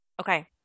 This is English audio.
Okay